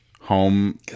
home